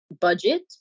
budget